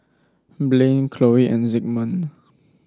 Blane Chloe and Zigmund